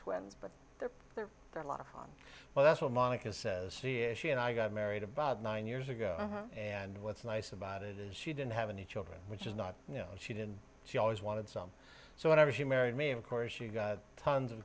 twins but there are a lot of fun well that's what monica says she is she and i got married about nine years ago and what's nice about it is she didn't have any children which is not you know she didn't she always wanted something so whenever she married me of course she got tons of